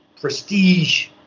prestige